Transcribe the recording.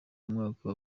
umwaka